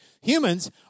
Humans